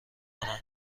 کنن